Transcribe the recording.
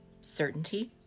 certainty